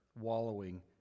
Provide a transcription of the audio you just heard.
wallowing